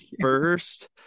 first